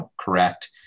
correct